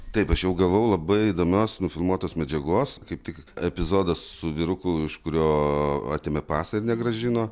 taip aš jau gavau labai įdomios nufilmuotos medžiagos kaip tik epizodas su vyruku iš kurio atėmė pasą ir negrąžino